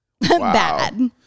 bad